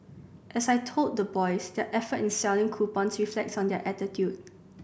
as I told the boys their effort in selling coupons reflects on their attitude